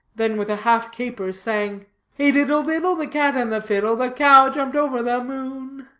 then with a half caper sang hey diddle, diddle, the cat and the fiddle the cow jumped over the moon